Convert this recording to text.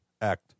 Act